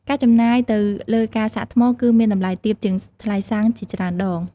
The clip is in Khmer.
ការចំណាយទៅលើការសាកថ្មគឺមានតម្លៃទាបជាងថ្លៃសាំងជាច្រើនដង។